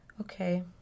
Okay